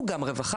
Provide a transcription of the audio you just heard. הוא גם רווחה,